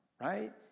right